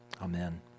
Amen